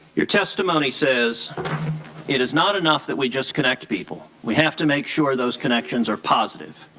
your testimony says it is not enough that we just connect people we have to make sure those connections are positive.